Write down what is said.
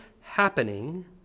happening